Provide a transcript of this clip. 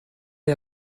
est